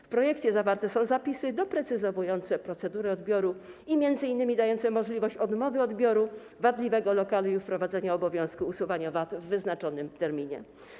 W projekcie zawarte są zapisy doprecyzowujące procedurę odbioru i m.in. dające możliwość odmowy odbioru wadliwego lokalu i wprowadzenia obowiązku usuwania wad w wyznaczonym terminie.